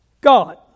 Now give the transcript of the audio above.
God